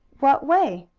what way?